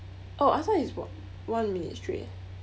oh I thought it's o~ one minute straight eh